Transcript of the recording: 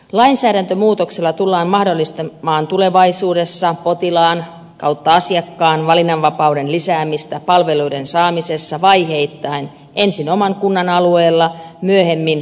lainsäädäntömuutoksella tullaan mahdollistamaan tulevaisuudessa asiakkaan valinnanvapauden lisäämistä palveluiden saamisessa vaiheittain ensin oman kunnan alueella myöhemmin koko maassa